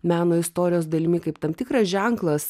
meno istorijos dalimi kaip tam tikras ženklas